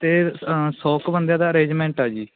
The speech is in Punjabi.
ਅਤੇ ਸੌ ਕੁ ਬੰਦਿਆਂ ਦਾ ਅਰੇਂਜਮੈਂਟ ਆ ਜੀ